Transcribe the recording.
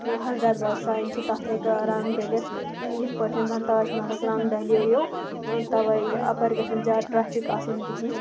یا Hazratbal shrine چھِ تَتھ ہیٚکہِ رَنٛگ ڈٔلِتھ یِتھ پٲٹھۍ زَنہٕ تاج محلَس رَنٛگ ڈَلییو تَوَے اَپٲرۍ گژھِ نہٕ زیادٕ ٹرٛیفِک آسُن کِہیٖنۍ